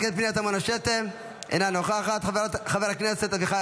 משפט אחרון, חברת הכנסת לימור.